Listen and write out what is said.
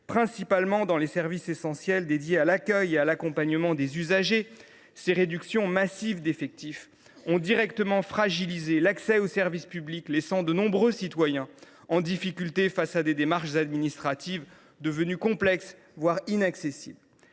principalement dans les services essentiels chargés de l’accueil et de l’accompagnement des usagers. Ces réductions massives d’effectifs ont directement fragilisé l’accès aux services publics, de nombreux citoyens ayant du mal à accomplir des démarches administratives devenues complexes, voire inaccessibles.